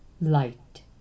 light